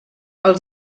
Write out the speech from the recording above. els